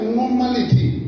normality